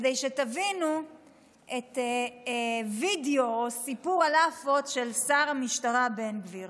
כדי שתבינו את סיפור הלאפות של שר המשטרה בן גביר.